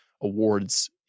awards